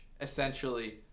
essentially